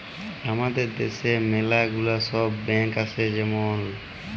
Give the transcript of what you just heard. হামাদের দ্যাশে ম্যালা গুলা সব ব্যাঙ্ক আসে যেমল